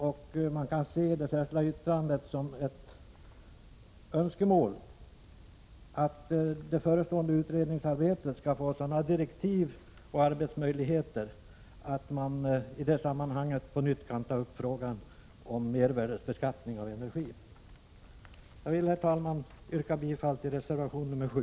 Man kan således se detta särskilda yttrande som ett önskemål att den förestående utredningen skall få sådana direktiv och arbetsmöjligheter att frågan om mervärdebeskattning av energi i det sammanhanget kan tas upp på nytt. Herr talman! Jag vill yrka bifall till reservation 7.